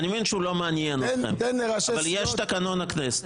אני מבין שהוא לא מעניין אתכם אבל יש את תקנון הכנסת.